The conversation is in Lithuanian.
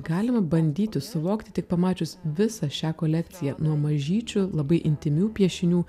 galima bandyti suvokti tik pamačius visą šią kolekciją nuo mažyčių labai intymių piešinių